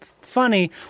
funny